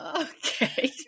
Okay